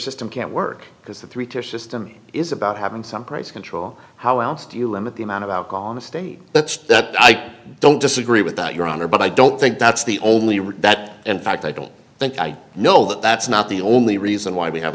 system can't work because the three tier system is about having some price control how else do you limit the amount of out on the state but i don't disagree with that your honor but i don't think that's the only route that in fact i don't think i know that that's not the only reason why we have